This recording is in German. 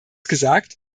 gesagt